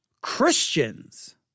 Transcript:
Christians